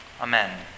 Amen